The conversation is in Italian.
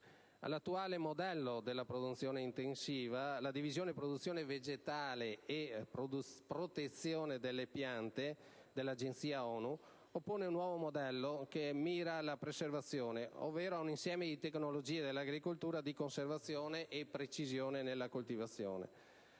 All'attuale modello della produzione intensiva, la Divisione produzione vegetale e protezione delle piante della FAO oppone un nuovo modello mirato alla preservazione, ovvero a un insieme di tecniche dell'agricoltura di conservazione e precisione nella coltivazione.